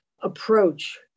approach